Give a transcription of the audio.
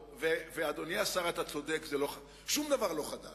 אדוני השר, אתה צודק, שום דבר לא חדש.